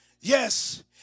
yes